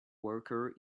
worker